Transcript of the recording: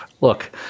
look